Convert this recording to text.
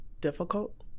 difficult